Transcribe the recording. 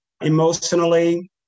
emotionally